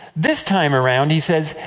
this time around, he says,